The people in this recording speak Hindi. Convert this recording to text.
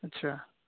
अच्छा